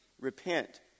repent